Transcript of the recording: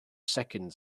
second